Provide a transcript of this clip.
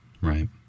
Right